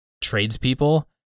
tradespeople